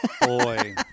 Boy